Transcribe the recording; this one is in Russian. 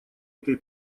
этой